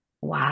Wow